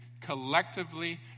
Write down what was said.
collectively